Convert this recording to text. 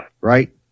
right